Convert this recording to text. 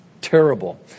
terrible